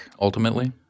ultimately